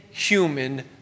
human